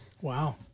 Wow